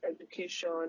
education